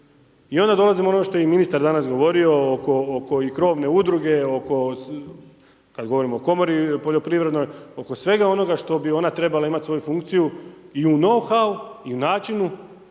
I onda dolazimo do onog što je i ministar danas govorio oko i krovne udruge, kada govorimo o komori poljoprivrednoj, oko svega onoga što bi ona trebala imati svoju funkciju i u nouhau i u načinu